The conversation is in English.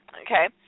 okay